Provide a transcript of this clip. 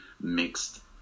mixed